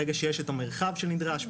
ברגע שיש את המרחב שנדרש,